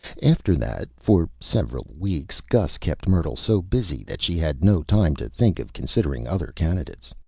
after that, for several weeks, gus kept myrtle so busy that she had no time to think of considering other candidates.